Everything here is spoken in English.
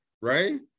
Right